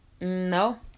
No